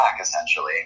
essentially